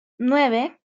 nueve